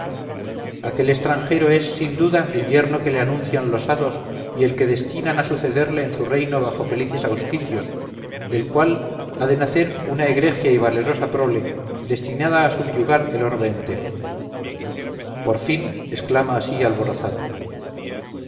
aquel extranjero es sin duda el yerno que le anuncian los hados y el que destinan a sucederle en su reino bajo felices auspicios del cual ha de nacer una egregia y valerosa prole destinada a subyugar el orbe entero por fin exclama así alborozado